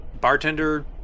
bartender